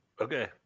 Okay